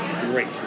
great